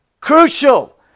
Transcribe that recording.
crucial